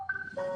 בבקשה.